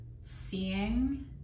seeing